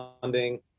funding